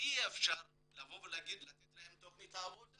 אי אפשר לתת להם תכנית עבודה